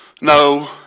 no